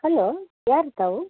hello ಯಾರು ತಾವು